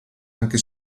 anche